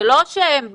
זה לא שהם באו,